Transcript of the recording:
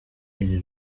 iri